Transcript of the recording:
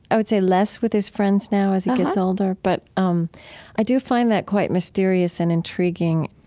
i would say less with his friends now as he gets older, but um i do find that quite mysterious and intriguing.